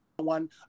one